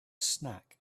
snack